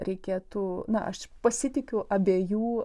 reikėtų na aš pasitikiu abiejų